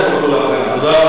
תודה רבה.